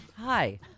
Hi